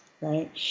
right